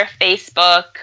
Facebook